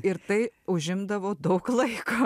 ir tai užimdavo daug laiko